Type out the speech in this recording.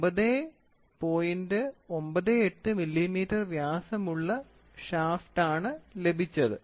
98 millimetre വ്യാസമുള്ള ഒരു shaft ലഭിച്ചു